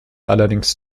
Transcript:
allerdings